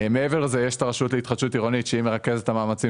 הרשות להתחדשות עירונית שמרכזת את המאמצים